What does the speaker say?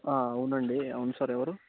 అవునండి అవును సార్ ఎవరు